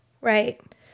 Right